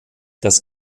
das